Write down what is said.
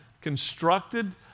constructed